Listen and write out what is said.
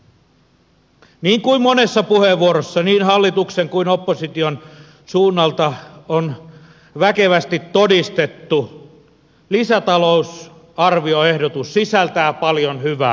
niin kuin monessa puheenvuorossa niin hallituksen kuin oppositionkin suunnalta on väkevästi todistettu lisätalousarvioehdotus sisältää paljon hyvää